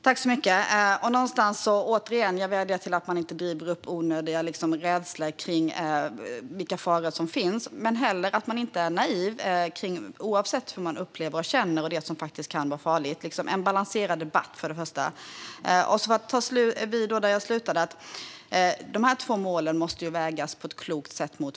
Fru talman! Jag vill återigen vädja om att man inte driver upp onödiga rädslor när det gäller de faror som finns. Man får inte heller vara naiv, oavsett hur man upplever och känner det, när det gäller sådant som faktiskt kan vara farligt. En balanserad debatt är viktigt, för det första. De två mål jag nämnde tidigare måste vägas mot varandra på ett klokt sätt.